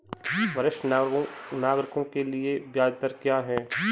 वरिष्ठ नागरिकों के लिए ब्याज दर क्या हैं?